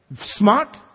Smart